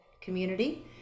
community